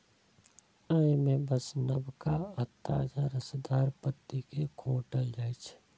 अय मे बस नवका आ ताजा रसदार पत्ती कें खोंटल जाइ छै